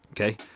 Okay